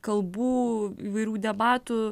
kalbų įvairių debatų